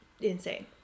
insane